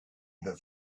her